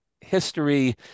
history